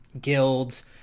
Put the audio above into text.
guilds